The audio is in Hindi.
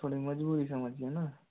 थोड़ी मजबूरी समझिए न